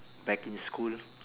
back in school